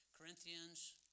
Corinthians